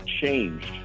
changed